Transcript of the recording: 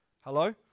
Hello